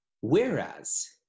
Whereas